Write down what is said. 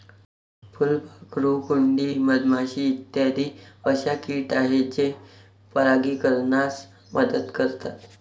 फुलपाखरू, कुंडी, मधमाशी इत्यादी अशा किट आहेत जे परागीकरणास मदत करतात